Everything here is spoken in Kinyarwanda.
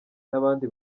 n’abandi